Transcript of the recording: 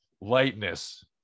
lightness